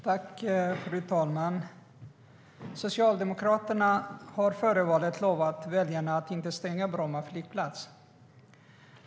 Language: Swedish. Fru talman! Före valet lovade Socialdemokraterna väljarna att inte stänga Bromma flygplats.